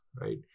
right